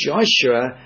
Joshua